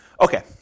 Okay